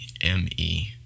M-E